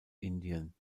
indien